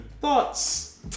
Thoughts